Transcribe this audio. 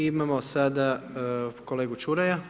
I imamo sada kolegu Čuraja.